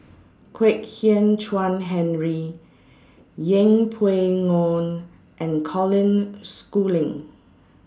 Kwek Hian Chuan Henry Yeng Pway Ngon and Colin Schooling